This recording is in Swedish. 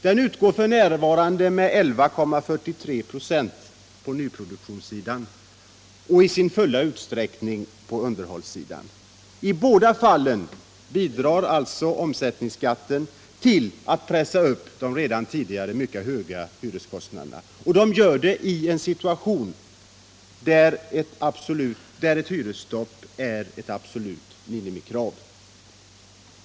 Den utgår f. n. med 11,43 26 på nyproduktionssidan och i sin fulla utsträckning på underhållssidan. I båda fallen bidrar alltså omsättningsskatten till att pressa upp de redan tidigare mycket höga hyreskostnaderna, detta i en situation där ett hyresstopp är ett absolut minimikrav.